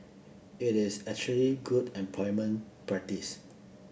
it is actually good employment practice